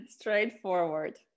straightforward